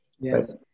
Yes